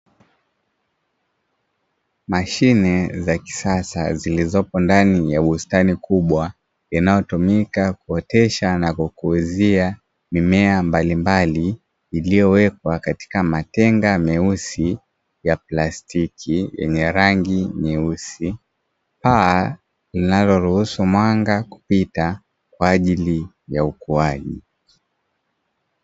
Mashine za kisasa zilizopo ndani ya bustani kubwa, inayotumika kuotesha na kukuzia mimea mbalimbali iliyowekwa katika matenga meusi ya plastiki yenye rangi nyeusi, paa linaloruhusu mwanga kupita kwa ajili ya ukuaji.